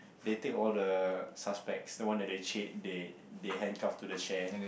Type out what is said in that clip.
they take all the suspects the one that they cha~ they they handcuff to the chair